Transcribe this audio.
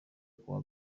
kuwa